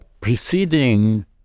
preceding